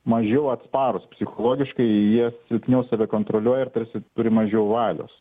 mažiau atsparūs psichologiškai jie silpniau save kontroliuoja ir tarsi turi mažiau valios